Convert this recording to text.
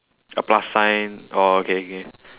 a plus sign oh okay okay